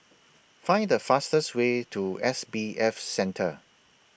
Find The fastest Way to S B F Center